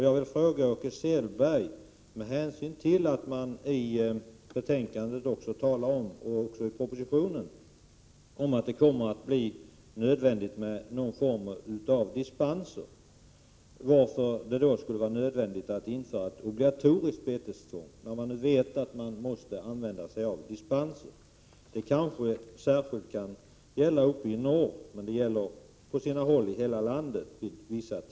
Jag vill fråga Åke Selberg, med tanke på att det i betänkandet och i propositionen talas om att det kommer att bli nödvändigt med någon form av dispens, varför det skulle vara nödvändigt att införa obligatorisk betesgång när vi nu vet att man måste använda sig av dispens. Så kan det vara särskilt uppe i norr men vid vissa tillfällen också i landet i övrigt.